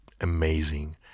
amazing